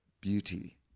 beauty